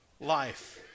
Life